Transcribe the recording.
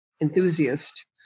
enthusiast